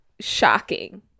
shocking